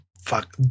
fuck